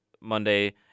Monday